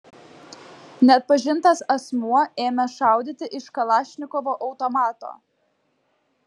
neatpažintas asmuo ėmė šaudyti iš kalašnikovo automato